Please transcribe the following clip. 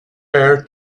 air